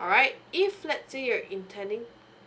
alright if let's say you're intending